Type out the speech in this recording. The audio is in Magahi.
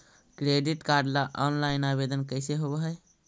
क्रेडिट कार्ड ल औनलाइन आवेदन कैसे होब है?